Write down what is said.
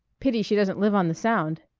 pity she doesn't live on the sound.